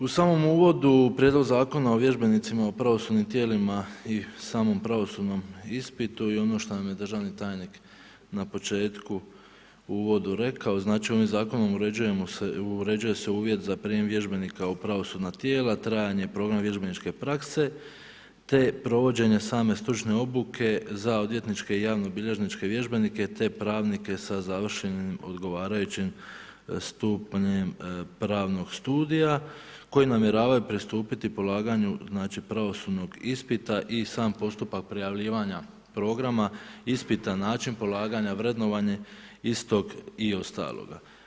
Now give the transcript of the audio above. U samom uvodu prijedlog Zakona o vježbenicima u pravosudnim tijelima i samom pravosudnom ispitu i onom što nam je državni tajnik na početku u uvodu rekao, znači ovim zakonom uređuje se uvjet za prijem vježbenika u pravosudna tijela, trajanje i … vježbeničke prakse te provođenje same stručne obuke za odvjetničke i javno bilježničke vježbenike te pravnike sa završenim odgovarajućim stupnjem pravnog studija koji namjeravaju pristupiti polaganju znači pravosudnog ispita i sam postupak prijavljivanja programa ispita, način polaganja, vrednovanje istog i ostaloga.